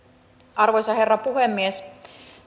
arvoisa herra puhemies